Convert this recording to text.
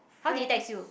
how did he text you